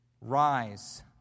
Rise